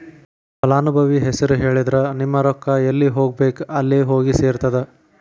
ಫಲಾನುಭವಿ ಹೆಸರು ಹೇಳಿದ್ರ ನಿಮ್ಮ ರೊಕ್ಕಾ ಎಲ್ಲಿ ಹೋಗಬೇಕ್ ಅಲ್ಲೆ ಹೋಗಿ ಸೆರ್ತದ